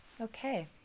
Okay